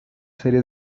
series